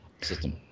system